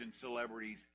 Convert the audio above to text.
celebrities